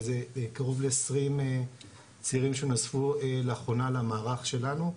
קרוב ל-20 צעירים שנוספו לאחרונה למערך שלנו,